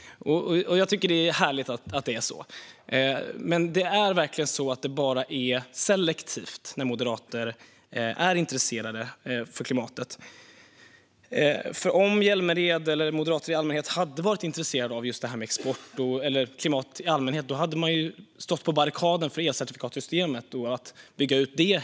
Jag tycker att det är härligt. Men när moderater är intresserade av klimatet är det bara selektivt. Om Hjälmered eller Moderaterna hade varit intresserade av export eller klimat i allmänhet hade man stått på barrikaderna för elcertifikatssystemet och för att bygga ut det.